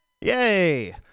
Yay